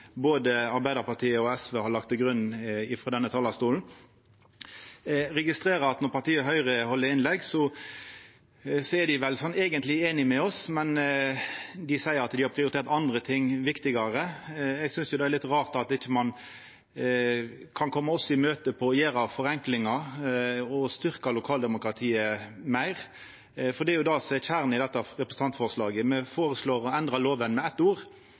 både Arbeidarpartiet og SV har lagt til grunn frå denne talarstolen. Eg registrerer at når partiet Høgre held innlegg, så seier dei seg eigentleg einige med oss, men dei seier at dei har prioritert andre, viktigare, ting. Eg synest det er litt rart at ein ikkje kan koma oss i møte på å gjera forenklingar og styrkja lokaldemokratiet meir, for det er jo det som er kjernen i dette representantforslaget. Me føreslår å endra lova med eitt ord,